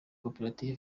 koperative